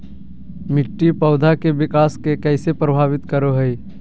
मिट्टी पौधा के विकास के कइसे प्रभावित करो हइ?